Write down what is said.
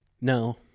No